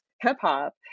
hip-hop